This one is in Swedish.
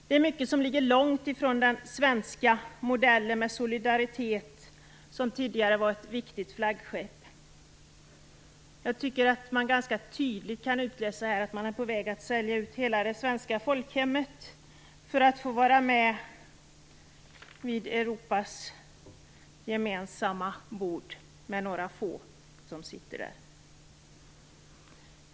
Det är mycket som ligger långt ifrån den svenska modellen där solidariteten var ett viktigt flaggskepp. Jag tycker att man tydligt kan utläsa att hela det svenska folkhemmet är på väg att säljas ut för att vi skall få vara med vid Europas gemensamma bord tillsammans med några få andra.